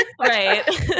right